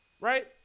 Right